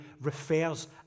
refers